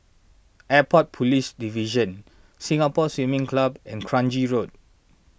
Airport Police Division Singapore Swimming Club and Kranji Road